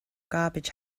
garbage